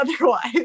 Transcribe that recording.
otherwise